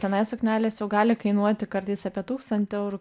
tenai suknelės jau gali kainuoti kartais apie tūkstantį eurų